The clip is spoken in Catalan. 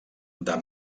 del